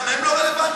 גם הם לא רלוונטיים?